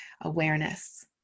Awareness